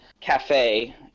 cafe